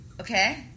okay